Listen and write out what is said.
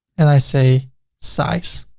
and i say size,